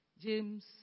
James